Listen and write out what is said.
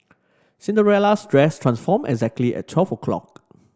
Cinderella's dress transformed exactly at twelve o'clock